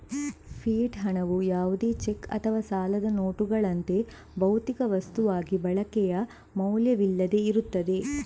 fiat ಹಣವು ಯಾವುದೇ cheque ಅಥವಾ ಸಾಲದ ನೋಟುಗಳಂತೆ, ಭೌತಿಕ ವಸ್ತುವಾಗಿ ಬಳಕೆಯ ಮೌಲ್ಯವಿಲ್ಲದೆ ಇರುತ್ತದೆ